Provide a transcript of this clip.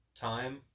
time